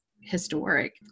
historic